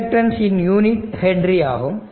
inductance இன் unit henry ஆகும்